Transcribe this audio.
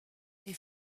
est